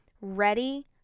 ready